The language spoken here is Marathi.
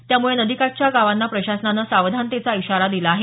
त्यामुळे नदी काठच्या गावांना प्रशासनानं सावधानतेचा इशारा दिला आहे